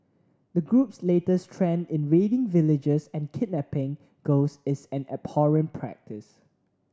the group's latest trend in raiding villages and kidnapping girls is an abhorrent practice